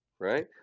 right